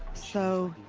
so.